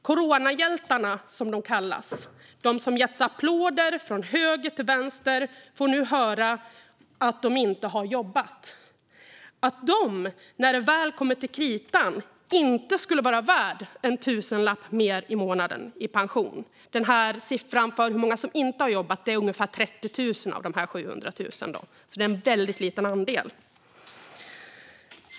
De som kallas coronahjältar och som getts applåder från höger till vänster får nu höra att de inte har jobbat och att de, när det väl kommer till kritan, inte skulle vara värda en tusenlapp mer i månaden i pension. Det är ungefär 30 000 av de 700 000 som inte har jobbat. Det är alltså en väldigt liten andel.